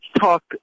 talk